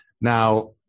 Now